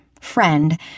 friend